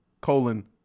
colon